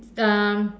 um